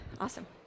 awesome